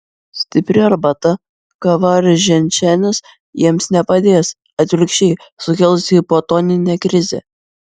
stipri arbata kava ar ženšenis jiems nepadės atvirkščiai sukels hipotoninę krizę